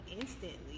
instantly